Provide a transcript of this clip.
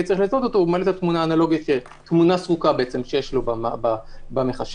הוא מעלה תמונה סרוקה שיש לו במחשב,